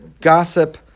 gossip